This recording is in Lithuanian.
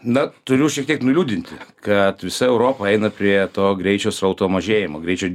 na turiu šiek tiek nuliūdinti kad visa europa eina prie to greičio srauto mažėjimo greičio